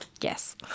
yes